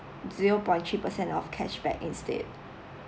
zero point three per cent of cashback instead